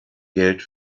geld